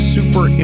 Super